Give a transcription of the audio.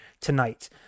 tonight